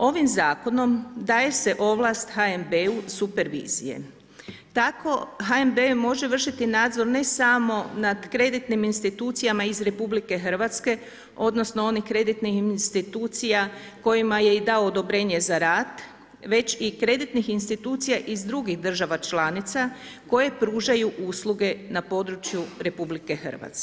Ovim zakonom daje se ovlast HNB-u supervizije, tako HNB može vršiti nadzor ne samo nad kreditnim institucijama iz RH odnosno onih kreditnih institucija kojima je i dao odobrenje za rad, već i kreditnih institucija iz drugih država članica koje pružaju usluge na području RH.